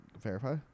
verify